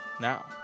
now